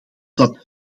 dat